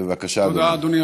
בבקשה, אדוני.